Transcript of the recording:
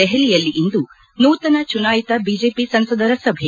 ದೆಹಲಿಯಲ್ಲಿ ಇಂದು ನೂತನ ಚುನಾಯಿತ ಬಿಜೆಪಿ ಸಂಸದರ ಸಭೆ